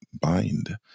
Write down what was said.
bind